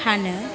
फानो